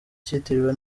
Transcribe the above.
cyitiriwe